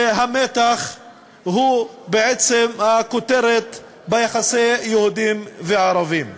שהמתח הוא בעצם הכותרת ביחסי יהודים וערבים.